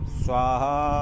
swaha